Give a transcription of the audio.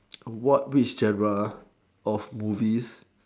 what which genre of movies